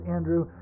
Andrew